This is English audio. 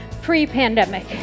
pre-pandemic